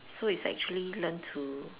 so it's actually learn to